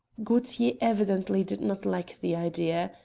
gaultier evidently did not like the idea.